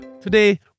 Today